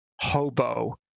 hobo